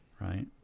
right